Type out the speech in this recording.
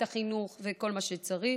את החינוך וכל מה שצריך,